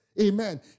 Amen